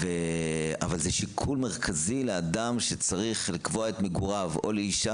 אבל זה שיקול מרכזי לאדם שצריך לקבוע את מגוריו או לאישה,